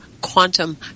Quantum